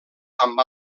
amb